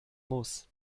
muss